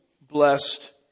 blessed